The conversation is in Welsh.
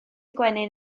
gwenyn